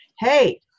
hey